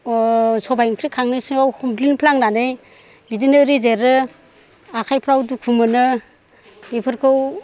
सबाय ओंख्रि खांनैसैआव हमफ्लिंफ्लांनानै बिदिनो रेजेरो आखाइफ्राव दुखु मोनो बेफोरखौ